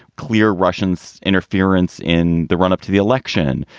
clear russians interference in the run up to the election.